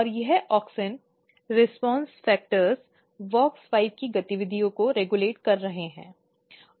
और ये ऑक्सिन प्रतिक्रिया कारक WOX5 की गतिविधि को विनियमित कर रहे हैं